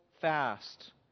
fast